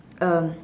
um